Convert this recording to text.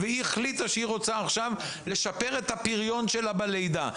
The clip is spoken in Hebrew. והיא החליטה שהיא רוצה עכשיו לשפר את הפריון שלה בלידה,